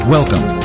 Welcome